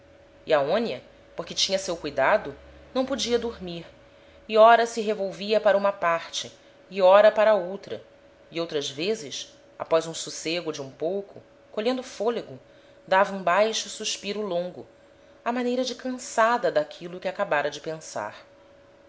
e aonia porque tinha seu cuidado não podia dormir e ora se revolvia para uma parte e ora para outra e outras vezes após um socego de um pouco colhendo folego dava um baixo suspiro longo á maneira de cansada d'aquilo que acabara de pensar